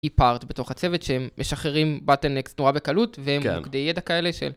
eparts בתוך הצוות שהם משחררים bottleneck נורא בקלות והם מוקדי ידע כאלה של